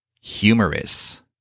Humorous